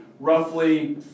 Roughly